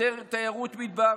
יותר תיירות מדבר,